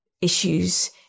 issues